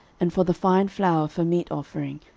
and for the fine flour for meat offering,